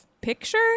picture